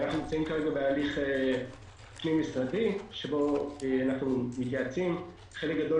אנו נמצאים בהליך פנים משרדי שבו אנו מתייעצים חלק גדול